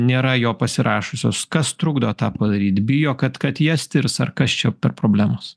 nėra jo pasirašiusios kas trukdo tą padaryt bijo kad kad jas tirs ar kas čia per problemos